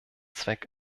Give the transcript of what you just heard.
zweck